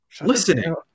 listening